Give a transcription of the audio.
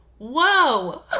Whoa